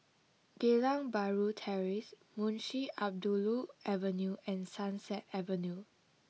Geylang Bahru Terrace Munshi Abdullah Avenue and Sunset Avenue